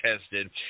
tested